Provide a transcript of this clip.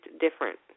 different